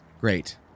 Great